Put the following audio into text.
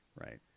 Right